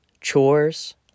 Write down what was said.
chores